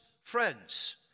friends